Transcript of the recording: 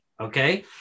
Okay